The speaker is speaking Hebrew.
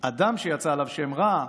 "אדם שיצא עליו שם רע,